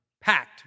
packed